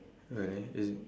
grey is